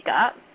up